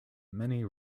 many